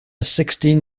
sixteen